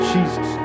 Jesus